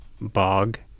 bog